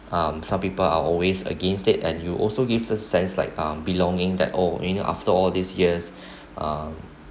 um some people are always against it and you also gives us a sense like um belonging that oh meaning after all these years